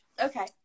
okay